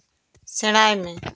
ᱥᱮᱬᱟᱭ ᱢᱮ